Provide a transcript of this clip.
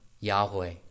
Yahweh